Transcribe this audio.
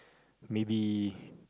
maybe